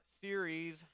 series